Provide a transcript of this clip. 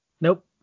Nope